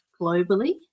globally